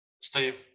Steve